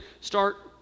start